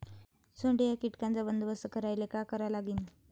सोंडे या कीटकांचा बंदोबस्त करायले का करावं लागीन?